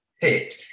fit